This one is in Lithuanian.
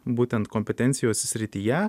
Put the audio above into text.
būtent kompetencijos srityje